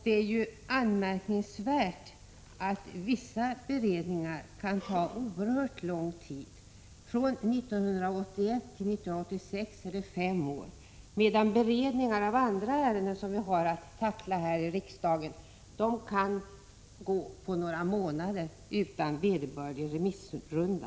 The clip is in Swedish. Det är anmärkningsvärt att vissa beräkningar kan ta oerhört lång tid — från 1981 till 1986 är det fem år — medan beredningen av andra ärenden som vi har att tackla här i riksdagen kan gå på några månader utan vederbörlig remissrunda.